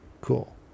Cool